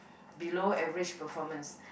below average performance